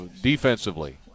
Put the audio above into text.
defensively